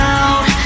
out